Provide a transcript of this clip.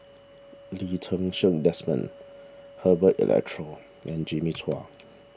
Lee Ti Seng Desmond Herbert Eleuterio and Jimmy Chua